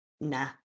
nah